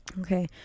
Okay